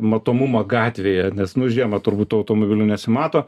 matomumą gatvėje nes nu žiemą turbūt tų automobilių nesimato